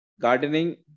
gardening